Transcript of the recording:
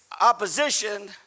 opposition